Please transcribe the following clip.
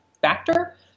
factor